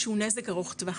שהוא נזק ארוך טווח,